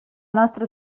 nostra